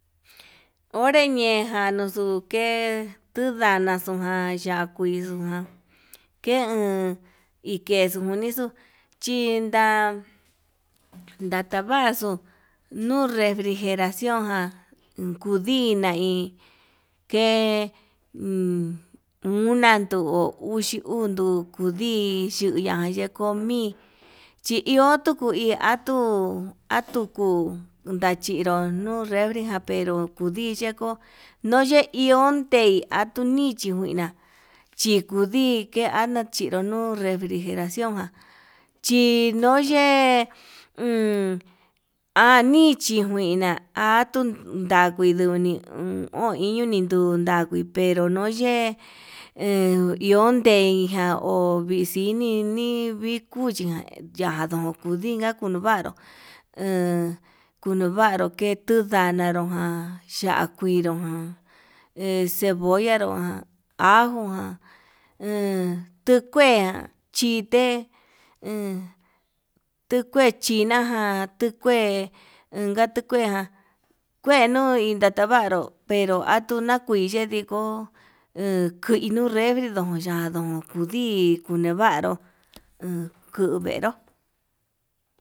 Onré ñejanxu nuke'e tundanaxun ján ya'á kuiixon, ke uun ikenixu chinda ndatavaxu nuu refrijeración jan kudina hí kee uun unan duu uxi uu nduku ndixheyuya komi, chi iho yuku hi iho atuu atuku nrachiro nuu refriján pero kudii yeko'o no nde iho tei akundichi nguina, chikuidi akundinu nuu refrijeracion ján chinuu ye'e anichikuina atuu dakuiduni uun o'on iño ni nuu ndagui, pero noi yee iniun teinjan uxinii ninviko ian ña kudinka kuno'o vanruu he kunuvaru ke'e, tundanaro ján ya'á kuinro ján he cebolla nrojan ajó he tukue chite he tukue chinajan tukue unka tuu kuejan kue nuu indatavaru, pero atuu nakui yediko he kui nuu refri ndo'i yaduun kudii ñavaru en kuvenrú.